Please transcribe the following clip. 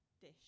dish